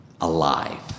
alive